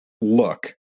look